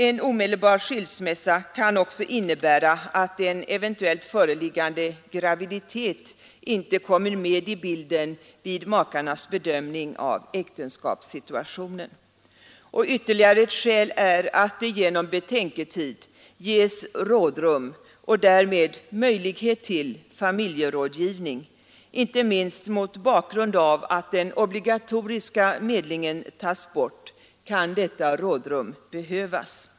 En omedelbar skilsmässa kan också innebära att en eventuellt föreliggande graviditet inte kommer med i bilden vid makarnas bedömning av äktenskapssituationen. Och ytterligare ett skäl är att det genom betänketid ges rådrum och därmed möjlighet till familjerådgivning. Inte minst mot bakgrund av att den obligatoriska medlingen tas bort kan detta rådrum behövas.